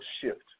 shift